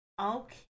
Okay